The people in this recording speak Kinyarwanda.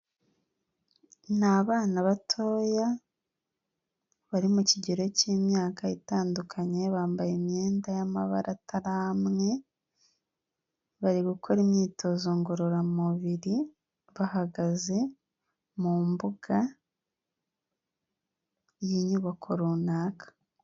Ni abana batoya bari mu kigero cy'imyaka itandukanye bambaye imyenda y'amabara atari amwe, bari gukora imyitozo ngororamubiri bahagaze mu mbuga y'inyubako runaka.